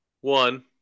One